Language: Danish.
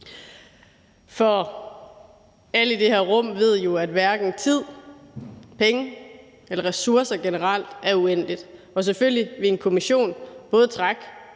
For alle i det her rum ved jo, at hverken tid, penge eller ressourcer generelt er uendeligt, og selvfølgelig vil en kommission både trække